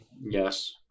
Yes